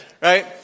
right